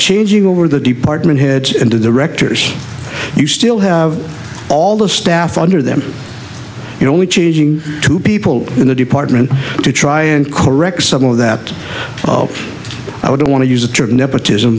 changing over the department heads into the rector's you still have all the staff under them and only changing to people in the department to try and correct some of that oh i wouldn't want to use the term nepotism